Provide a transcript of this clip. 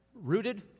rooted